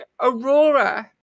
Aurora